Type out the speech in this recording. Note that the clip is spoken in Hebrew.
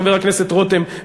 חבר הכנסת רותם,